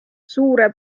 suure